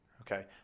Okay